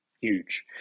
huge